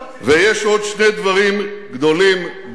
מה עם מיצוי, ויש עוד שני דברים גדולים בדרך.